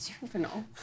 Juvenile